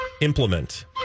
implement